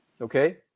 Okay